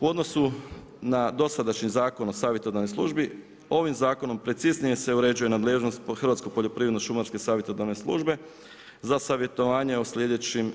U odnosu na dosadašnji zakon o savjetodavnoj službi ovim zakonom preciznije se uređuje nadležnost Hrvatsko poljoprivredno-šumarske savjetodavne službe za savjetovanje o sljedećim